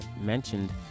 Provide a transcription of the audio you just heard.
mentioned